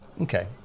okay